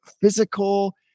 physical